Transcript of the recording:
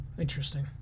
Interesting